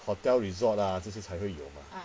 hotel resort 啦这些才会有 mah